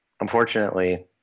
unfortunately